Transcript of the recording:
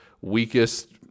weakest